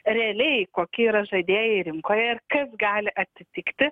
realiai kokie yra žaidėjai rinkoje ir kas gali atsitikti